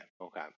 okay